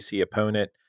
opponent